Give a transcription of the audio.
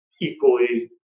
equally